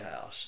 House